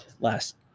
last